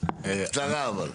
אבל קצרה.